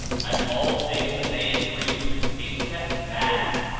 and all things obey freely, except man,